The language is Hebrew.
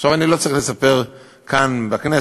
עכשיו, אני לא צריך לספר כאן בכנסת